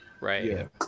Right